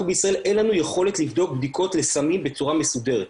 לנו בישראל אין יכולת לבדוק בדיקות לסמים בצורה מסודרת,